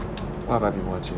what I have been watching